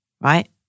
right